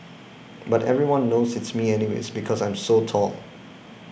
but everyone knows it's me anyways because I'm so tall